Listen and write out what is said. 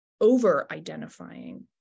over-identifying